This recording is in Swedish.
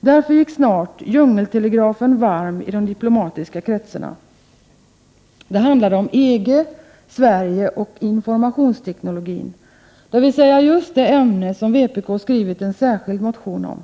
Därför gick snart djungeltelegrafen varm i de diplomatiska kretsarna. Det handlar om EG, Sverige och informationsteknologin, dvs. just det ämne som vpk skrivit en särskild motion om.